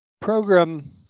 program